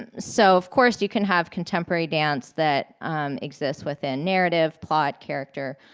and so of course you can have contemporary dance that exists within narrative, plot, character,